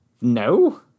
No